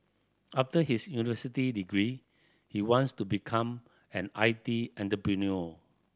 after his university degree he wants to become an I T entrepreneur